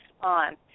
on